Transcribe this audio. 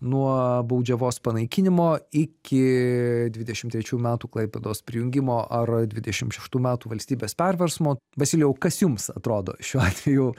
nuo baudžiavos panaikinimo iki dvidešim trečių metų klaipėdos prijungimo ar dvidešim šeštų metų valstybės perversmo vasilijau kas jums atrodo šiuo atveju